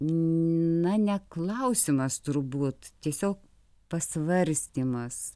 na ne klausimas turbūt tiesiog pasvarstymas